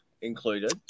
included